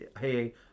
hey